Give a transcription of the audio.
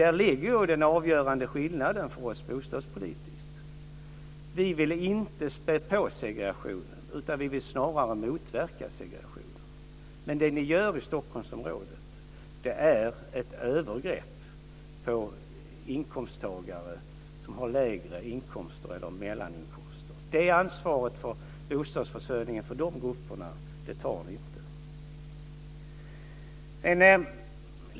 Där ligger den avgörande skillnaden mellan oss bostadspolitiskt. Vi vill inte spä på segregationen. Vi vill snarare motverka segregationen. Men det ni gör i Stockholmsområdet är ett övergrepp på inkomsttagare som har lägre inkomster eller mellaninkomster. Ansvaret för bostadsförsörjningen för de grupperna tar ni inte.